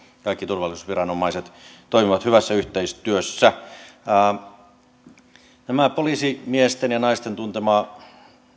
kaikki turvallisuusviranomaiset toimivat hyvässä yhteistyössä tämä poliisimiesten ja naisten tuntema